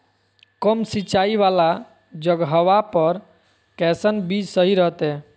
कम सिंचाई वाला जगहवा पर कैसन बीज सही रहते?